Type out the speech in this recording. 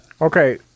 Okay